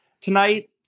tonight